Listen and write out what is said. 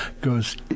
goes